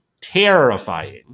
Terrifying